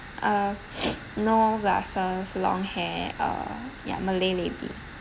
uh no glasses long hair err ya malay lady